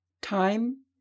Time